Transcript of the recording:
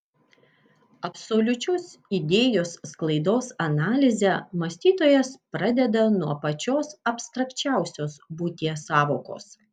absoliučios idėjos sklaidos analizę mąstytojas pradeda nuo pačios abstrakčiausios būties sąvokos